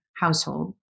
household